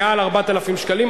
מעל 4,000 שקלים.